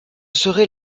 serait